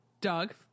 Doug